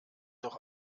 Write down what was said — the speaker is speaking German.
doch